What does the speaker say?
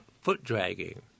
foot-dragging